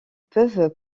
peuvent